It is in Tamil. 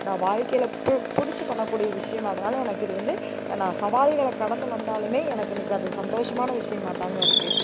நான் வாழ்க்கையில பு பிடிச்சி பண்ணக்கூடிய விஷயம் அதனால் எனக்கு இது வந்து நான் சவால்களை கடந்து வந்தாலுமே எனக்கு இன்னைக்கு அது சந்தோஷமான விஷயமாத்தாங்க இருக்கு